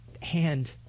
hand